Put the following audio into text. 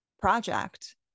project